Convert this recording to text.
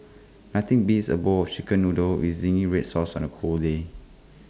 nothing beats A bowl of Chicken Noodles with Zingy Red Sauce on A cold day